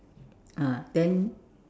ah then